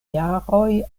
jaroj